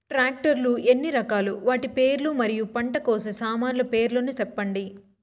Tractor లు ఎన్ని రకాలు? వాటి పేర్లు మరియు పంట కోసే సామాన్లు పేర్లను సెప్పండి?